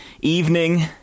evening